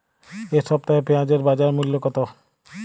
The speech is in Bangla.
এ সপ্তাহে পেঁয়াজের বাজার মূল্য কত?